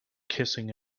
kissing